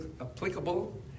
applicable